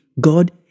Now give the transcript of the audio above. God